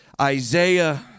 Isaiah